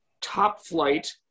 top-flight